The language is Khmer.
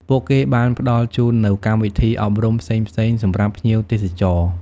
ពួកគេបានផ្តល់ជូននូវកម្មវិធីអប់រំផ្សេងៗសម្រាប់ភ្ញៀវទេសចរ។